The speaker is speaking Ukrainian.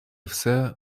усе